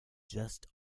just